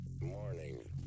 Morning